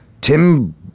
Tim